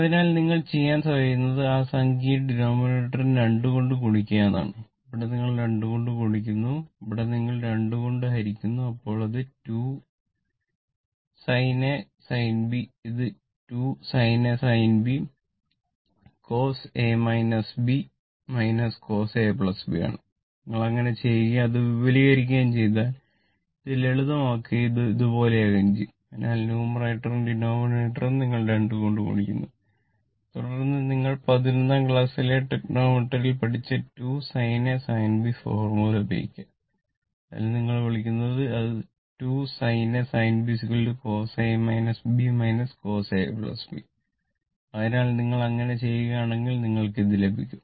അതിനാൽ നിങ്ങൾ അങ്ങനെ ചെയ്യുകയാണെങ്കിൽ നിങ്ങൾക്ക് ഇത് ലഭിക്കും